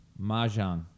Mahjong